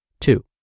Two